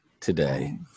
today